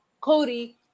Cody